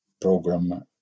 program